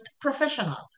professional